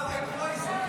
מה רע בקרויזר?